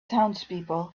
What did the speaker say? townspeople